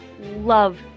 love